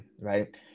right